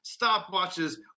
stopwatches